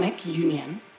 union